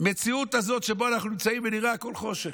המציאות הזאת שבה אנו נמצאים, נראה שהכול חושך.